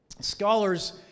Scholars